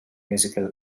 musical